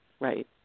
Right